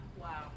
Wow